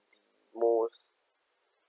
most